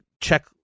check